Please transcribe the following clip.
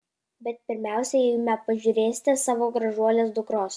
bet pirmiausia eime pažiūrėsite savo gražuolės dukros